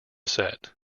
set